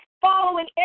following